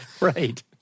Right